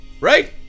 right